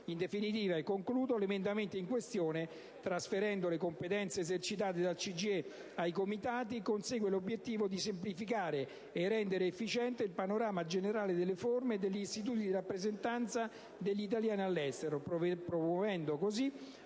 In definitiva, l'emendamento in questione, trasferendo le competenze esercitate dal CGIE ai Comitati, consegue l'obiettivo di semplificare e rendere efficiente il panorama generale delle forme e degli istituti di rappresentanza degli italiani all'estero, promuovendo così